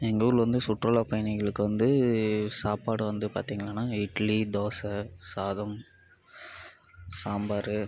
எங்கள் ஊரில் வந்து சுற்றுலாப் பயணிகளுக்கு வந்து சாப்பாடு வந்து பார்த்தீங்கனான்னா இட்லி தோசை சாதம் சாம்பார்